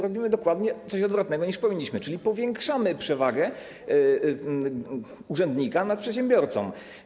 Robimy dokładnie coś odwrotnego, niż powinniśmy, czyli powiększamy przewagę urzędnika nad przedsiębiorcą.